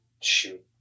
shoot